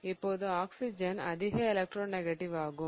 இப்போது ஆக்ஸிஜன் அதிக எலக்ட்ரோநெக்டிவ் ஆகும்